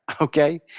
okay